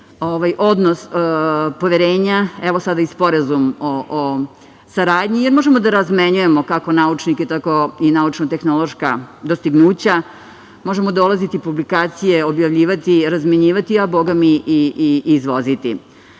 odnos poverenja, evo sada i sporazum o saradnji, jer možemo da razmenjujemo, kako naučnike, tako i naučno-tehnološka dostignuća, možemo objavljivati publikacije, razmenjivati, a bogami i izvoziti. Svakako